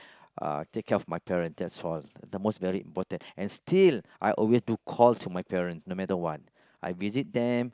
uh take care of my parents that's all the most very important and still I always do call to my parents no matter what I visit them